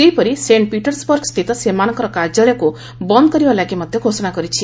ସେହିପରି ସେଙ୍କ୍ ପିଟର୍ସବର୍ଗସ୍ଥିତ ସେମାନଙ୍କର କାର୍ଯ୍ୟାଳୟକୁ ବନ୍ଦ୍ କରିବା ଲାଗି ମଧ୍ୟ ଘୋଷଣା କରିଛି